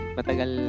Matagal